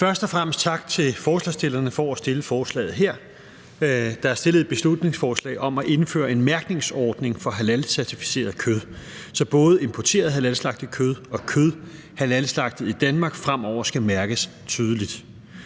Først og fremmest tak til forslagsstillerne for at fremsætte forslaget her. Der er fremsat et beslutningsforslag om at indføre en mærkningsordning for halalcertificeret kød, så både importeret halalslagtet kød og kød halalslagtet i Danmark fremover skal mærkes tydeligt.